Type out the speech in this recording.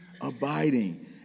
abiding